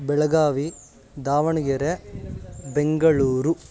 Belagavi Davanagere Bengaluru